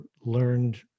learned